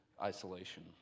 isolation